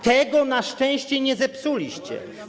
Tego na szczęście nie zepsuliście.